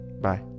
Bye